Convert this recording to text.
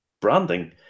branding